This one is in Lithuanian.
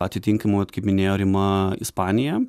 atitinkamai vat kaip minėjo rima ispanija